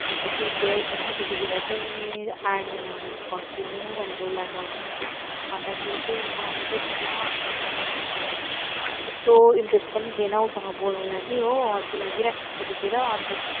अन्त केही कुरै थिएन त्यतिखेर चाहिँ आर्मीमा मैले भर्ती हुनु भनेर उसलाई भनेँ भन्दाखेरि चाहिँ उसले मानेकै थिएन अन्त म पनि अन्त त्यस्तो इन्ट्रेस्ट पनि थिएन उसँग बोल्नु लागि हो अल्छी लागिरहेको थियो त्यतिखेर अन्त